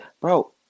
bro